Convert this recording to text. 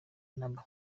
naaba